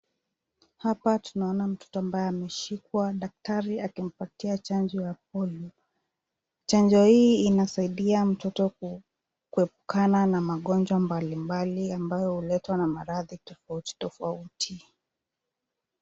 Hapa tunaona mtoto ambaye ameshikwa, daktari akimpatia chanjo ya polio. Chanjo hii inasaidia mtoto kuepukana na magonjwa mbalimbali ambayo huletwa na maradhi tofauti tofauti.